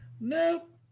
Nope